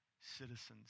citizens